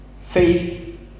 faith